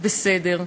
בסדר.